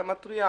אתה מתריע.